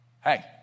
Hey